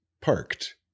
parked